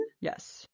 Yes